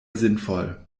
sinnvoll